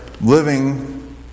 living